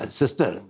sister